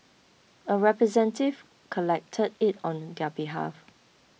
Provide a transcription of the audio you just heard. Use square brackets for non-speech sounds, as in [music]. a representative collected it on [unintelligible] behalf